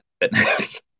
fitness